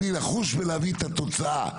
אני נחוש בלהביא את התוצאה,